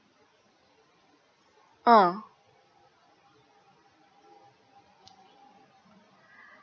uh